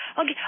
okay